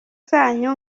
zanyu